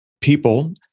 people